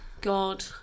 God